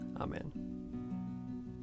Amen